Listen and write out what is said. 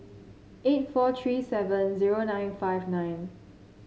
eight four three seven zero nine five nine